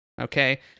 Okay